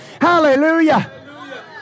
Hallelujah